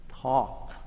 talk